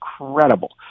incredible